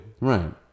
Right